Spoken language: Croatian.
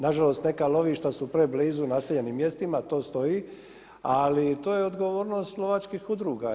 Nažalost neka lovišta su preblizu naseljenim mjestima, to stoji ali to je odgovornost lovačkih udruga.